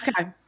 Okay